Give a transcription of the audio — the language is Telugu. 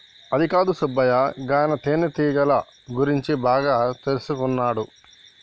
అదికాదు సుబ్బయ్య గాయన తేనెటీగల గురించి బాగా తెల్సుకున్నాడు